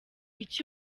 iki